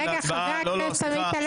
חבר הכנסת עמית הלוי.